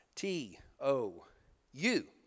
T-O-U